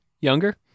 Younger